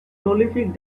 prolific